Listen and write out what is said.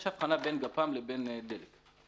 יש הבחנה בין גפ"ם לבין דלק.